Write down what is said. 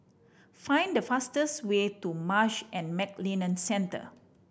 find the fastest way to Marsh and McLennan Centre